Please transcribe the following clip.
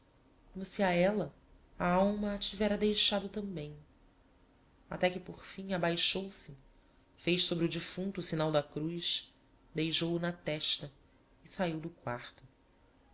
se a ella a alma a tivera deixado tambem até que por fim abaixou-se fez sobre o defunto o signal da cruz beijou-o na testa e saíu do quarto